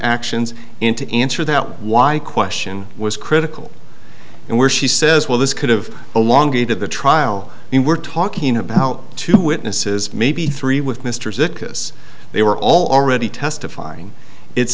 actions in to answer that why i question was critical and where she says well this could have a long gate of the trial i mean we're talking about two witnesses maybe three with mr is it because they were all already testifying it's